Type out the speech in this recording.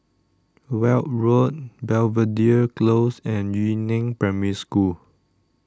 Weld Road Belvedere Close and Yu Neng Primary School